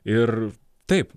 ir taip